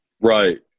Right